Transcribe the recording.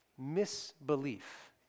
misbelief